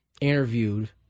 interviewed